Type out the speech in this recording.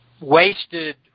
wasted